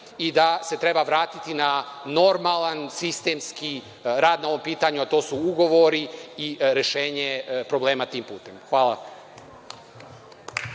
i da se treba vratiti na normalan sistemski rad na ovom pitanju, a to su ugovori i rešenje problema tim putem. Hvala.